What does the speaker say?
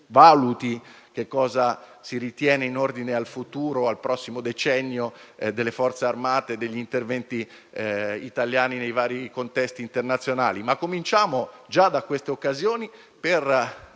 valuti che cosa si ritiene di fare in ordine al futuro, al prossimo decennio delle Forze armate e agli interventi italiani nei vari contesti internazionali, ma cominciamo già da queste occasioni ad